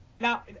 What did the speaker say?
Now